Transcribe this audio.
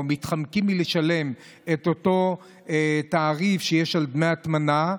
או מתחמקים מלשלם את אותו תעריף שיש על דמי הטמנה,